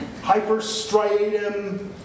Hyperstriatum